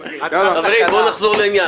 חברים, בואו נחזור לנושא.